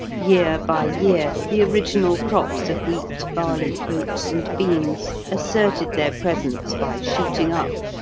year by year the original crops of wheat, barley, oats, and beans asserted their presence by shooting up,